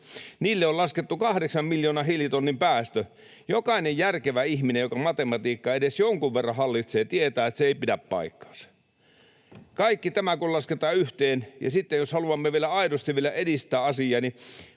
Niille on laskettu 8 miljoonan hiilitonnin päästö. Jokainen järkevä ihminen, joka matematiikkaa edes jonkun verran hallitsee, tietää, että se ei pidä paikkaansa. Kaikki tämä kun lasketaan yhteen, ja sitten jos haluamme vielä aidosti edistää asiaa, niin